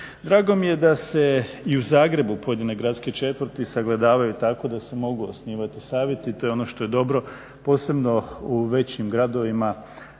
Drago mi je da se i u Zagrebu pojedine gradske četvrti sagledavaju tako da se mogu osnivati savjeti. To je ono što je dobro, posebno u većim gradovima